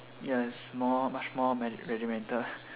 ya it's more much more regimental